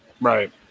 right